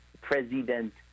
President